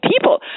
people